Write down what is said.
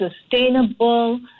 sustainable